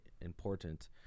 important